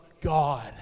God